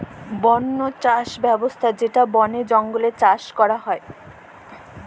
বল্য চাস ব্যবস্থা যেটা বলে জঙ্গলে চাষ ক্যরা হ্যয়